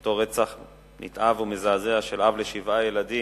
אותו רצח נתעב ומזעזע של אב לשבעה ילדים,